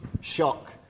shock